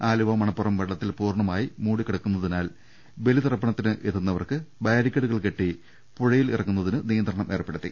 ആലുവ മണപ്പുറം വെള്ള ത്തിൽ പൂർണ്ണമായി മൂടിക്കിടക്കുന്നതിനാൽ ബലിതർപ്പണത്തിന് എത്തുന്ന വർക്ക് ബാരിക്കേഡുകൾ കെട്ടി പുഴയിലിറങ്ങുന്നതിന് നിയന്ത്രണം ഏർപ്പെ ടുത്തി